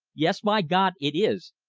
yes, by god, it is!